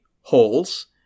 holes